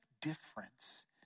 difference